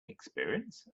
experience